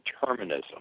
determinism